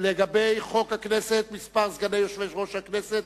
לגבי הצעת חוק הכנסת (מספר סגני יושב-ראש הכנסת